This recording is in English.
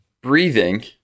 breathing